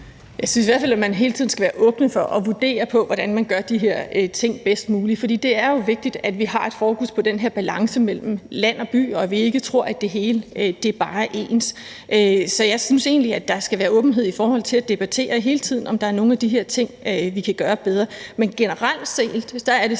Jeg synes i hvert fald, at man hele tiden skal være åben for at vurdere, hvordan man gør de her ting bedst muligt. For det er jo vigtigt, at vi holder fokus på den her balance mellem land og by, og at vi ikke tror, at det hele bare er ens. Så jeg synes egentlig, at der skal være åbenhed i forhold til hele tiden at debattere, om der er nogle af de her ting, vi kan gøre bedre. Men generelt set er det